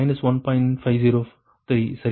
503 சரியா